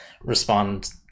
respond